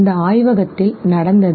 அந்த ஆய்வகத்தில் நடந்தது